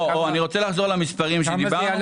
אני רוצה לחזור למספרים עליהם דיברתי.